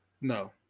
No